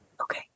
Okay